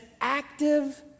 active